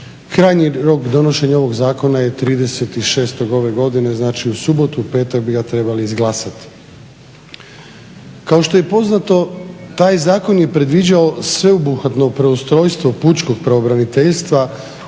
Krajnji rok donošenja ovog zakona je 30.6. ove godine. Znači u subotu, u petak bi ga trebali izglasati. Kao što je poznato taj zakon je predviđao sveobuhvatno preustrojstvo pučkog pravobraniteljstva